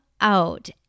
out